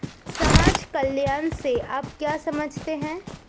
समाज कल्याण से आप क्या समझते हैं?